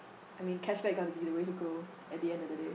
I mean cashback gotta be the way to go at the end of the day